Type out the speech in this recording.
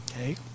okay